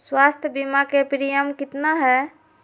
स्वास्थ बीमा के प्रिमियम कितना है?